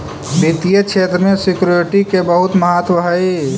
वित्तीय क्षेत्र में सिक्योरिटी के बहुत महत्व हई